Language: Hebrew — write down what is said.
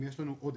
אם יש לנו עודף,